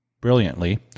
brilliantly